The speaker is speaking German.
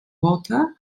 roter